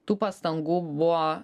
tų pastangų buvo